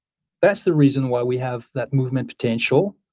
that's the reason why we have that movement potential,